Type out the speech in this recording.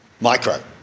micro